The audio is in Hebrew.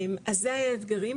אז זה היה האתגרים,